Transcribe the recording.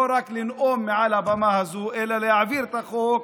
לא רק לנאום מעל הבמה הזו, אלא להעביר את החוק,